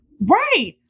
Right